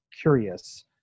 curious